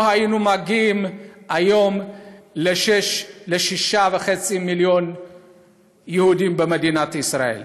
לא היינו מגיעים היום לשישה וחצי מיליון יהודים במדינת ישראל.